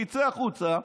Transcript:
שיצא החוצה,